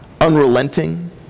unrelenting